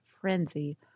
frenzy